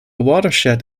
watershed